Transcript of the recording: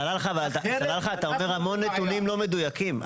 סלאלחה, אתה אומר המון נתונים לא מדויקים.